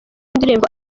y’indirimbo